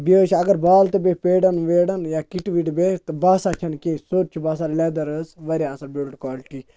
بیٚیہِ حظ چھِ اگر بال تہٕ بیٚیہِ پیڑَن ویڈَن یا کِٹہِ وِٹہِ بیٚیہِ تہٕ باسان چھَنہٕ کینٛہہ سیوٚد چھِ باسان لیٚدَر حظ واریاہ اَصٕل بِلڈ کالٹی